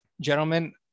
gentlemen